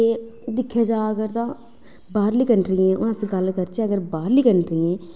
ते दिक्खेआ जा अगर तां बाहरलियें कंट्रियें अस गल्ल करचै बाहरलियें कंट्रियें दी